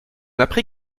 apprit